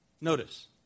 Notice